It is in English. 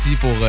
pour